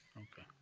okay,